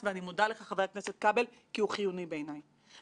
הגודל הנוכחיים של המשק הישראלי ושל הבנקים.